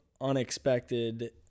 unexpected